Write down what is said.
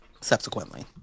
Subsequently